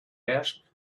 asked